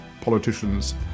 politicians